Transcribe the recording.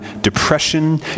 depression